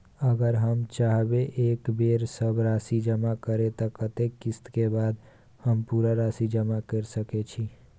अगर हम चाहबे एक बेर सब राशि जमा करे त कत्ते किस्त के बाद हम पूरा राशि जमा के सके छि?